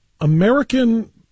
American